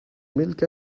milk